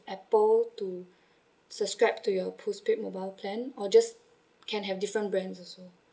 apple to subscribe to your postpaid mobile plan or just can have different brands also